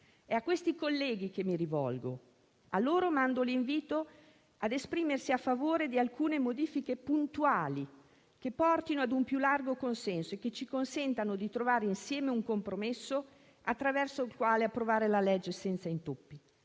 È a questi colleghi che mi rivolgo; a loro mando l'invito ad esprimersi a favore di alcune modifiche puntuali, che portino ad un più largo consenso e che ci consentano di trovare insieme un compromesso attraverso il quale approvare la legge senza intoppi.